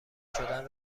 شدن